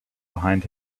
behind